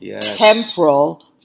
temporal